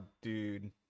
dude